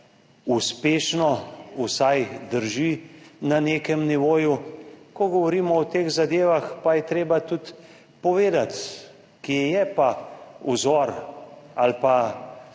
uspešno vsaj drži na nekem nivoju. Ko govorimo o teh zadevah, je treba tudi povedati, kje je pa izvor,